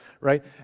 right